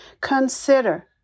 consider